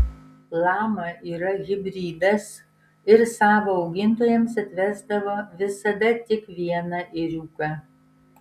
lama yra hibridas ir savo augintojams atvesdavo visada tik vieną ėriuką